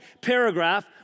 paragraph